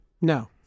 No